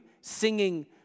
singing